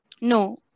No